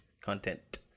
content